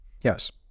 Yes